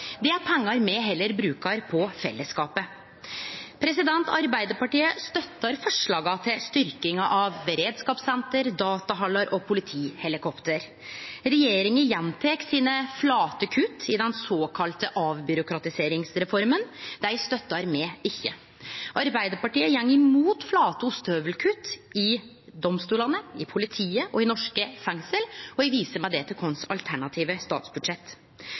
Det er pengar me heller bruker på fellesskapet. Arbeidarpartiet støttar forslaga til styrking av beredskapssenter, datahallar og politihelikopter. Regjeringa gjentek sine flate kutt i den såkalla avbyråkratiseringsreforma. Dei støttar me ikkje. Arbeidarpartiet går imot flate ostehøvelkutt i domstolane, i politiet og i norske fengsel, og eg viser med det til vårt alternative statsbudsjett.